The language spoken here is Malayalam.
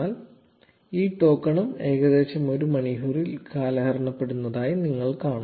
0504 ഈ ടോക്കണും ഏകദേശം ഒരു മണിക്കൂറിനുള്ളിൽ കാലഹരണപ്പെടുന്നതായി നിങ്ങൾ കാണും